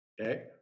Okay